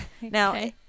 Now